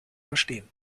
verstehen